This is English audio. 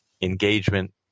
engagement